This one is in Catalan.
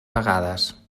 vegades